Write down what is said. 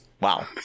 wow